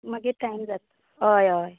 मागीर टायम जात हय हय